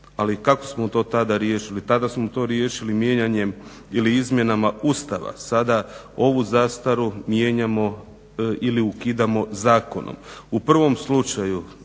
ali kako smo to tada riješili? Tada smo to mijenjanjem ili izmjenama Ustava, sada ovu zastaru mijenjamo ili ukidamo zakonom. U prvom slučaju,